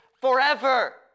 forever